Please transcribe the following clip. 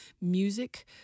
music